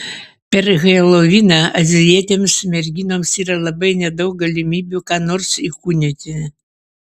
per heloviną azijietėms merginoms yra labai nedaug galimybių ką nors įkūnyti